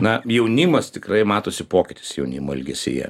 na jaunimas tikrai matosi pokytis jaunimo elgesyje